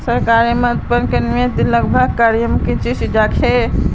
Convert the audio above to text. सरकारेर माध्यम से कीमतेर निर्धारण बहुत से विभागत कियाल जा छे